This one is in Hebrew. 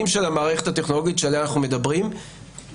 של המערכת הטכנולוגית שעליה אנחנו מדברים,